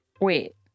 wait